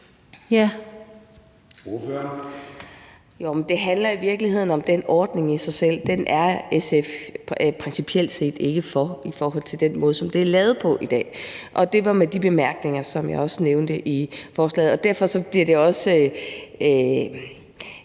Det handler i virkeligheden om den ordning i sig selv; den er SF principielt set ikke for i forhold til den måde, som den er lavet på i dag. Det var de bemærkninger, som jeg nævnte i forbindelse med forslaget. Derfor bliver det også